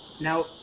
Now